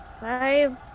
Five